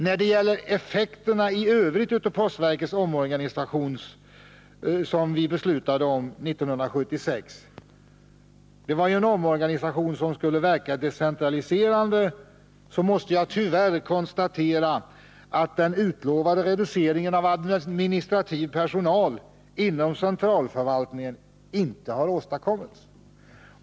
När det gäller effekterna i övrigt av den postverkets omorganisation som vi beslutade om 1976 — det var en omorganisation som skulle verka decentraliserande — måste jag tyvärr konstatera att den utlovade reduceringen av administrativ personal inom centralförvaltningen inte har åstadkommits.